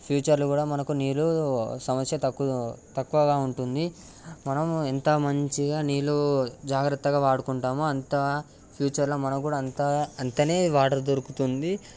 ఫ్యూచర్లో కూడా మనకు నీళ్ళు సమస్య తక్కువ తక్కువగా ఉంటుంది మనం ఎంత మంచిగా నీళ్ళు జాగ్రత్తగా వాడుకుంటామో అంతా ఫ్యూచర్లో మనకు కూడా అంత అంతే వాటర్ దొరుకుతుంది